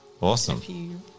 Awesome